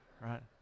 right